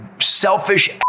selfish